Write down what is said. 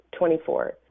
24